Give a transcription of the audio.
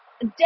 day